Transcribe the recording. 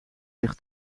zich